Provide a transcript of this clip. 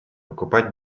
покупать